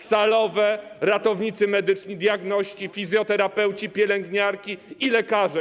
Salowe, ratownicy medyczni, diagności, fizjoterapeuci, pielęgniarki i lekarze.